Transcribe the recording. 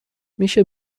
میشه